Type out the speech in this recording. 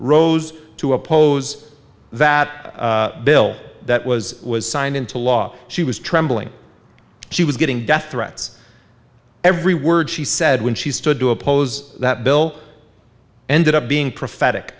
rose to oppose that bill that was was signed into law she was trembling she was getting death threats every word she said when she stood to oppose that bill ended up being prophetic